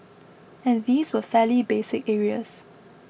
and these were fairly basic areas